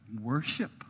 worship